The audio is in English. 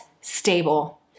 stable